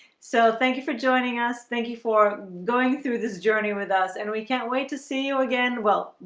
so thank you for joining us thank you for going through this journey with us and we can't wait to see you again well,